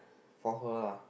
for her lah